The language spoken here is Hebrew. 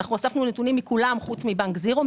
אספנו נתונים מכולם, חוץ מבנק זירו.